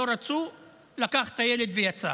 לא רצו, לקח את הילד ויצא.